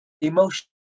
emotion